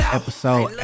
episode